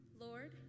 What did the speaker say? Lord